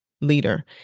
leader